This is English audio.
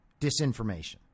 disinformation